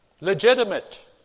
Legitimate